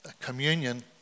communion